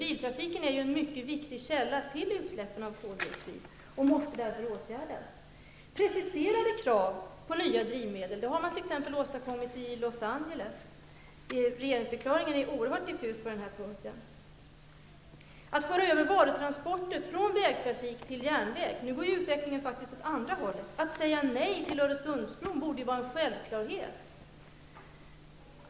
Biltrafiken är en mycket betydande källa till utsläppen av koldioxid och måste därför åtgärdas. Preciserade krav på nya drivmedel har man t.ex. åstadkommit i Los Angeles. Regeringsförklaringen är oerhört diffus på den här punkten. Man borde föra över varutransporter från vägtrafik till järnväg. Nu går utvecklingen faktiskt åt andra hållet. Att säga nej till Öresundsbron borde vara en självklarthet.